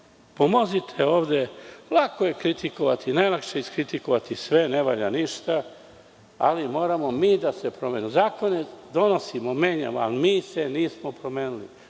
pomognete ovde. Lako je kritikovati. Najlakše je iskritikovati sve, da ne valja ništa, ali mi moramo da se promenimo. Zakone donosimo i menjamo, ali mi se nismo promenili.